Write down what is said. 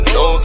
no